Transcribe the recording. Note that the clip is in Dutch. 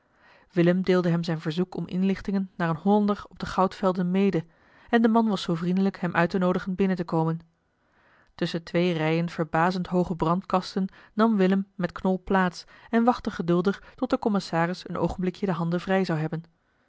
willem deelde hem zijn verzoek om inlichtingen naar een hollander op de goudvelden mede en de man was zoo vriendelijk hem uit te noodigen binnen te komen tusschen twee rijen verbazend hooge brandkasten nam willem met knol plaats en wachtte geduldig tot de commissaris een oogenblikje de handen vrij zou hebben